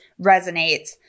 resonates